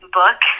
book